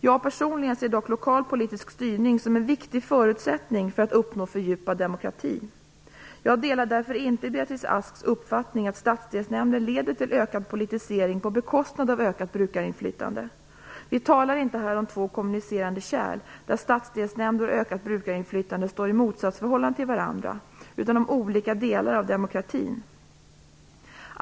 Jag personligen ser dock lokal politisk styrning som en viktig förutsättning för att uppnå fördjupad demokrati. Jag delar därför inte Beatrice Asks uppfattning att stadsdelsnämnder leder till ökad politisering på bekostnad av ökat brukarinflytande. Vi talar här inte om två kommunicerande kärl - där stadsdelsnämnder och ökat brukarinflytande står i motsatsförhållande till varandra - utan om olika delar av demokratin.